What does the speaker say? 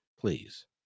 please